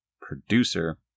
producer